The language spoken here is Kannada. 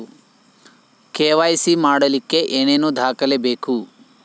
ಕೆ.ವೈ.ಸಿ ಮಾಡಲಿಕ್ಕೆ ಏನೇನು ದಾಖಲೆಬೇಕು?